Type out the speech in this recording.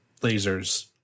lasers